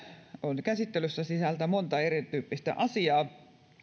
on käsittelyssä sisältää monta erityyppistä asiaa